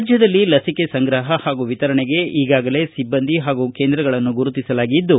ರಾಜ್ಯದಲ್ಲಿ ಲಸಿಕೆ ಸಂಗ್ರಹ ಹಾಗೂ ವಿತರಣೆಗೆ ಈಗಾಗಲೇ ಸಿಬ್ಬಂದಿ ಹಾಗೂ ಕೇಂದ್ರಗಳನ್ನು ಗುರುತಿಸಲಾಗಿದ್ದು